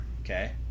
Okay